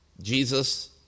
Jesus